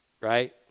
right